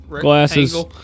glasses